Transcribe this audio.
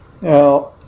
Now